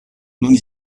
nun